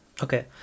Okay